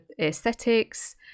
aesthetics